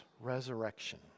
resurrection